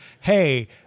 hey